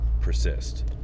persist